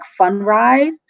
Fundrise